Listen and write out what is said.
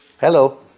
Hello